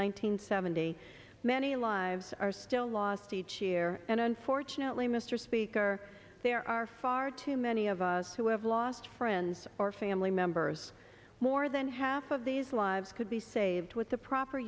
hundred seventy many lives are still lost each year and unfortunately mr speaker there are far too many of us who have lost friends or family members more than half of these lives could be saved with the proper